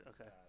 okay